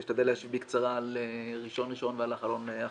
אשתדל להשיב בקצרה על ראשון-ראשון ועל אחרון-אחרון.